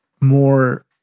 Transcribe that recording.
more